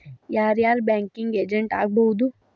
ಯಾರ್ ಯಾರ್ banking agent ಆಗ್ಬಹುದು?